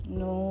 no